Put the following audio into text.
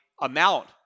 amount